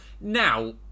Now